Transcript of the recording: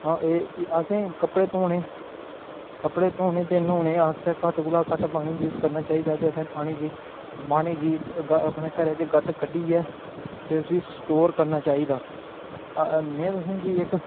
आं एह् असें कपड़े धोने कपड़े धोने ते न्होनै आस्तै घट्ट कोला घट्ट पानी यूज़ करना चाहिदा ते असें पानी गी पानी गी अपने घरै च ग'त्त कड्ढियै ते उसी स्टोर करना चाहिदा में तुसेंगी इक्क